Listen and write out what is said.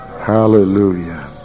Hallelujah